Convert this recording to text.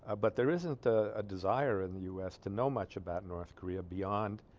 ah but there isn't a ah desire in the u s to know much about north korea beyond